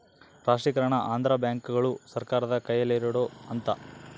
ರಾಷ್ಟ್ರೀಕರಣ ಅಂದ್ರೆ ಬ್ಯಾಂಕುಗಳು ಸರ್ಕಾರದ ಕೈಯಲ್ಲಿರೋಡು ಅಂತ